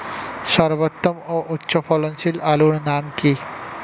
সর্বোত্তম ও উচ্চ ফলনশীল আলুর নাম কি?